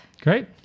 Great